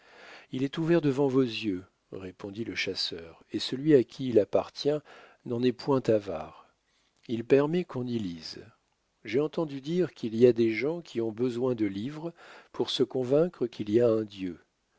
il est ouvert devant vos yeux répondit le chasseur et celui à qui il appartient n'en est point avare il permet qu'on y lise j'ai entendu dire qu'il y a des gens qui ont besoin de livres pour se convaincre qu'il y a un dieu